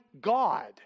god